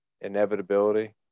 inevitability